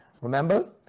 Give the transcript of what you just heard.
Remember